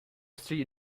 street